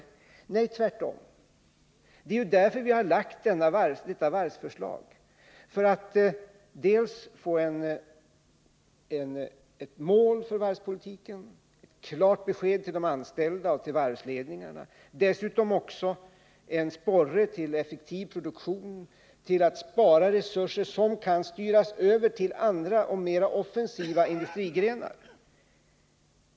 Till det vill jag säga: Nej, tvärtom! Vi har lagt fram detta förslag för att dels få ett mål för varvspolitiken, dels få ett klart besked till de anställda och varvsledningarna. Dessutom blir det en sporre till effektiv produktion och till att spara resurser som kan styras över till andra och mer offensiva industrigrenar.